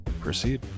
Proceed